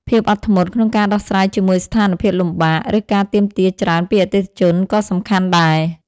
ភាពអត់ធ្មត់ ក្នុងការដោះស្រាយជាមួយស្ថានភាពលំបាក ឬការទាមទារច្រើនពីអតិថិជនក៏សំខាន់ដែរ។